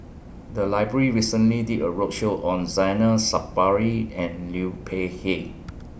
The Library recently did A roadshow on Zainal Sapari and Liu Peihe